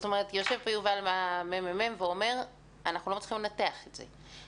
יושב פה אסף מהממ"מ ואומר: אנחנו לא מצליחים לנתח את זה.